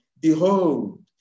behold